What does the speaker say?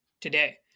today